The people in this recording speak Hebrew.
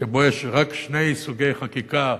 יש רק שני סוגי חקיקה,